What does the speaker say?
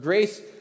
Grace